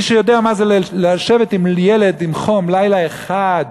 מי שיודע מה זה לשבת עם ילד עם חום לילה אחד.